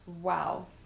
wow